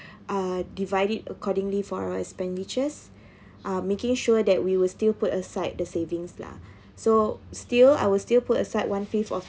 divide it accordingly for our expenditures uh making sure that we will still put aside the savings lah so still I will still put aside one fifth of